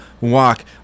walk